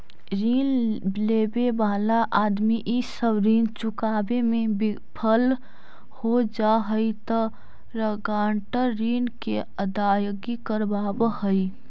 ऋण लेवे वाला आदमी इ सब ऋण चुकावे में विफल हो जा हई त गारंटर ऋण के अदायगी करवावऽ हई